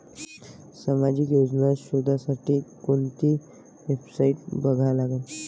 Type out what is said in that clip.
सामाजिक योजना शोधासाठी कोंती वेबसाईट बघा लागन?